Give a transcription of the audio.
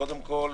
קודם כל,